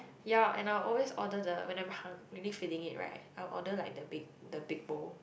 ya and I always order the when I'm hun~ really feeling it right I will order like the big the big bowl